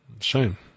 Shame